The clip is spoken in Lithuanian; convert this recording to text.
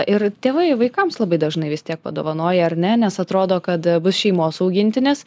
ir tėvai vaikams labai dažnai vis tiek padovanoja ar ne nes atrodo kad bus šeimos augintinis